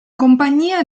compagnia